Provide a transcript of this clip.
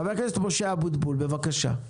חבר הכנסת משה אבוטבול, בבקשה.